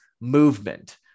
movement